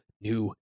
new